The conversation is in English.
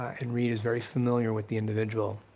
and reid is very familiar with the individual,